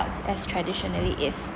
as traditionally is